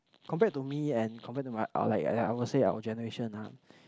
compared to me and compared to my ah like ya I'll say our generation ah